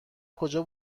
کجا